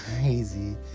crazy